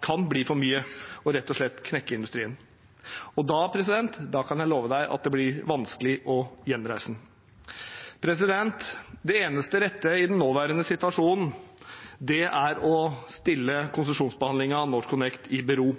kan bli for mye – og rett og slett knekke industrien. Da kan jeg love at det blir vanskelig å gjenreise den. Det eneste rette i den nåværende situasjonen er å stille konsesjonsbehandlingen av NorthConnect i bero.